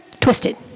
twisted